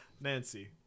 Nancy